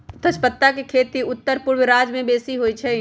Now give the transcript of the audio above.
तजपत्ता के खेती उत्तरपूर्व राज्यमें बेशी होइ छइ